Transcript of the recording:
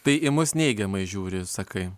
tai į mus neigiamai žiūri sakai